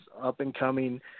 up-and-coming